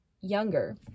younger